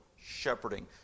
shepherding